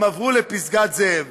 הם עברו לפסגת זאב.